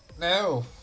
No